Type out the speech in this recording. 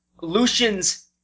Lucian's